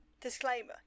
disclaimer